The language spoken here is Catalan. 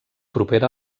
propera